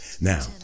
now